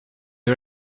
her